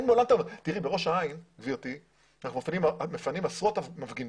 תראי, בראש העין, אנחנו מפנים עשרות מפגינות.